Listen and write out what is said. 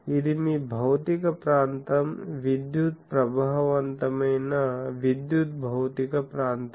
ఇది మీ భౌతిక ప్రాంతం విద్యుత్ ప్రభావవంతమైన విద్యుత్ భౌతిక ప్రాంతం